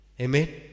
Amen